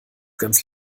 ganz